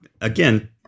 again